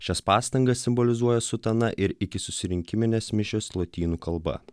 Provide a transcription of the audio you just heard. šias pastangas simbolizuoja sutana ir iki susirinkiminės mišios lotynų kalba